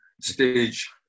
stage